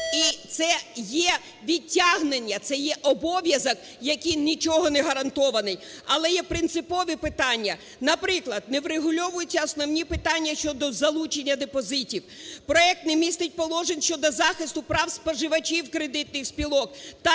І це відтягнення, це є обов'язок, який нічого не гарантований. Але є принципові питання. Наприклад, не врегульовуються основні питання щодо залучення депозитів. Проект не містить положень щодо захисту прав споживачів кредитних спілок